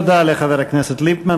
תודה לחבר הכנסת ליפמן.